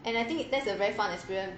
and I think that's a very fun experience